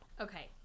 Okay